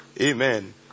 Amen